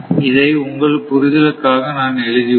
இதை உங்கள் புரிதலுக்காக தான் நான் எழுதியுள்ளேன்